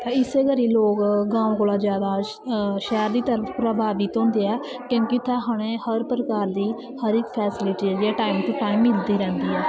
ते इस्सै गल्ला गांव कोला दा शैह्र दी तरफ प्रभावित होंदे ऐं क्योंकि इत्थें उनेंगी हर प्रकार दी हर इक फैसिलिटी टाईम टू टाईम मिलदी रैंह्दी ऐ